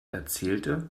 erzählte